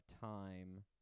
time